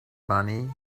money